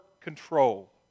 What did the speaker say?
control